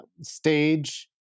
stage